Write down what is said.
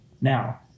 Now